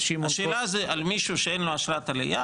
השאלה היא על מישהו שאין לו אשרת עלייה,